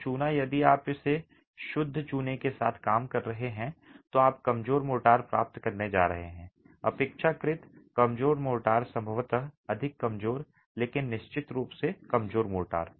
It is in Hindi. तो चूना यदि आप इस शुद्ध चूने के साथ काम कर रहे हैं तो आप कमजोर मोर्टार प्राप्त करने जा रहे हैं अपेक्षाकृत कमजोर मोर्टार संभवतः अधिक कमजोर लेकिन निश्चित रूप से कमजोर मोर्टार